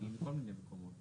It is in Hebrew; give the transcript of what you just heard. מגיעים מכל מיני מקומות.